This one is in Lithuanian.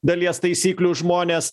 dalies taisyklių žmonės